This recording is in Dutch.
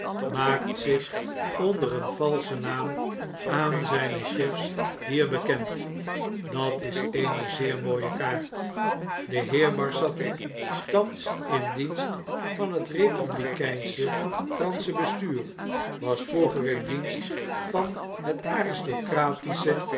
maakt zich onder een valschen naam aan zijne chefs hier bekend dat is eene zeer mooie kaart de heer barsad thans in dienst van hetrepublikeinschefranschebestuur was vroeger in dienst van het aristocratische